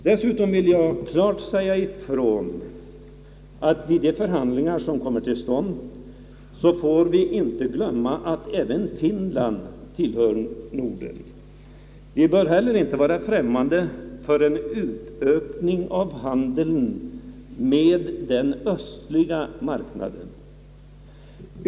Dessutom vill jag klart säga ifrån att vid de förhandlingar som kommer till stånd får vi inte glömma att även Finland tillhör Norden. Vi bör heller inte vara främmande för en utökning av handeln med den östliga marknaden.